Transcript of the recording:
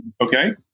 Okay